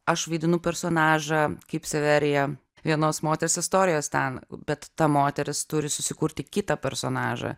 aš vaidinu personažą kaip severija vienos moters istorijos ten bet ta moteris turi susikurti kitą personažą